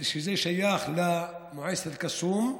ששייך למועצת אל-קסום.